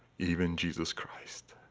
even jesus christ.